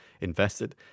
invested